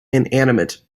inanimate